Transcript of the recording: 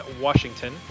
Washington